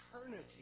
eternity